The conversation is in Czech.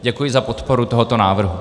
Děkuji za podporu tohoto návrhu.